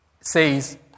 says